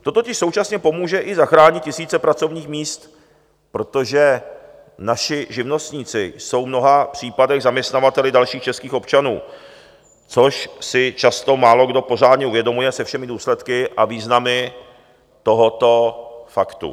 To totiž současně pomůže i zachránit tisíce pracovních míst, protože naši živnostníci jsou v mnoha případech zaměstnavateli dalších českých občanů, což si často málokdo pořádně uvědomuje se všemi důsledky a významy tohoto faktu.